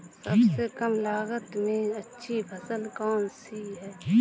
सबसे कम लागत में अच्छी फसल कौन सी है?